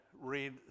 read